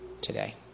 today